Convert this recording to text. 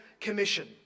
Commission